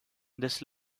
this